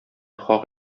хак